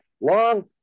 long